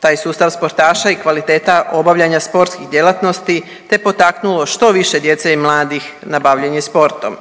taj sustav sportaša i kvaliteta obavljanja sportskih djelatnosti te potaknulo što više djece i mladih na bavljenje sportom.